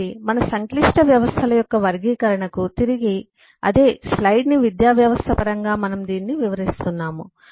కాబట్టి మన సంక్లిష్ట వ్యవస్థల యొక్క వర్గీకరణకు తిరిగి అదే స్లైడ్ ని విద్యా వ్యవస్థ పరంగా మనము దీనిని వివరిస్తున్నాము